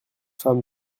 femme